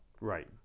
Right